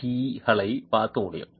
tea களை பார்க்க முடியும்